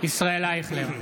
ישראל אייכלר,